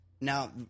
now –